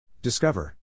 Discover